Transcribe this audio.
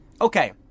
Okay